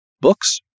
Books